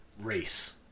race